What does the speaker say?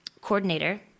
coordinator